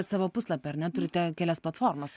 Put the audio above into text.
savo puslapį ar ne turite kelias platformas